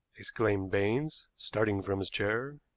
exclaimed baines, starting from his chair.